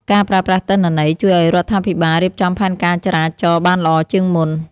ការប្រើប្រាស់ទិន្នន័យ ជួយឱ្យរដ្ឋាភិបាលរៀបចំផែនការចរាចរណ៍បានល្អជាងមុន។